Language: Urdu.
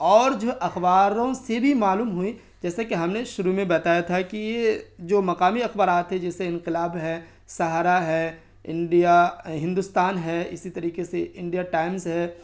اور جو ہے اخباروں سے بھی معلوم ہوئی جیسا کہ ہم نے شروع میں بتایا تھا کہ یہ جو مقامی اخبارات ہے جیسے انقلاب ہے سہارا ہے انڈیا ہندوستان ہے اسی طریقے سے انڈیا ٹائمس ہے